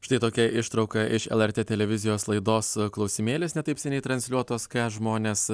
štai tokia ištrauka iš lrt televizijos laidos klausimėlis ne taip seniai transliuotos ką žmonės